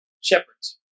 shepherds